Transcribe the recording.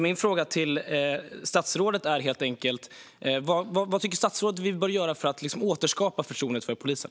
Min fråga till statsrådet är helt enkelt: Vad tycker statsrådet att vi bör göra för att återskapa förtroendet för polisen?